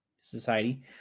society